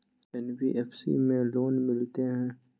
NBFC में loan मिलते की?